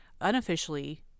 unofficially